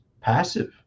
passive